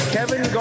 Kevin